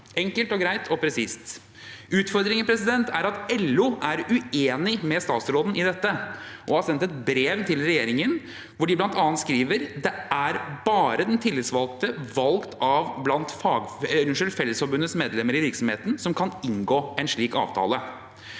Enkelt og greit og presist. Utfordringen er at LO er uenig med statsråden i dette og har sendt et brev til regjeringen hvor de bl.a. skriver at det «er bare den tillitsvalgte valgt blant Fellesforbundets medlemmer i virksomheten, som kan inngå en slik avtale».